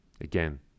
again